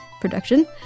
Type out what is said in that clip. production